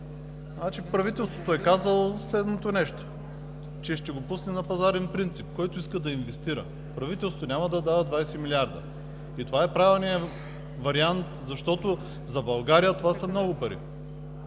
Правителството е казало следното нещо – ще го пусне на пазарен принцип и който иска, да инвестира. Правителството няма да дава 20 милиарда и това е правилният вариант, защото за България това са много пари